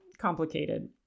complicated